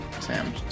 Sam